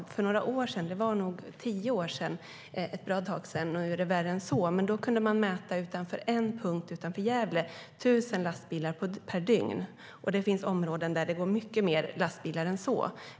För ungefär tio år sedan kunde man på en punkt utanför Gävle mäta tusen lastbilar per dygn, och det finns områden där det går mycket mer lastbilar än så.